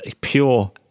pure